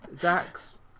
Dax